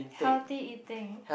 healthy eating